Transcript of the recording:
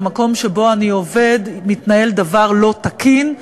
במקום שבו אני עובד מתנהל דבר לא תקין,